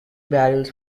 barrels